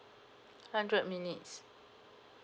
hundred minutes